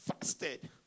fasted